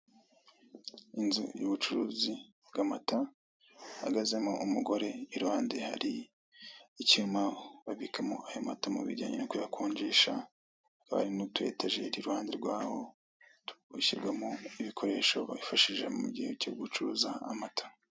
Inzu y'ubucuruzi bw'amata ihagazemo umugore i ruhande hari icyuma babikamo ayo amata mu bijyanye no kuyakonjesha haba hari n'utu etajeri i ruhande rwaho bashyiramo ibikoresho bifashisha mu gihe cyo gucuruza amata.